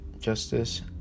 Justice